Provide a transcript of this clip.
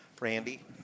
Randy